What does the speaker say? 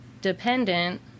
dependent